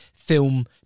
film